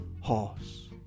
horse